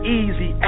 easy